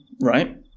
right